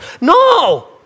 No